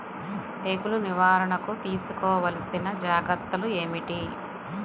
తెగులు నివారణకు తీసుకోవలసిన జాగ్రత్తలు ఏమిటీ?